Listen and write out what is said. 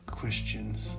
questions